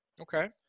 Okay